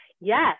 yes